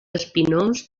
espinós